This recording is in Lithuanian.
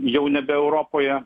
jau nebe europoje